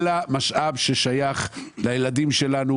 אלא משאב ששייך לילדים שלנו